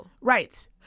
Right